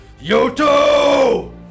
yoto